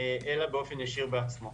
אלא באופן ישיר בעצמו.